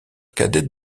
cadette